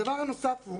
דבר נוסף,